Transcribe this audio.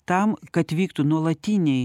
tam kad vyktų nuolatiniai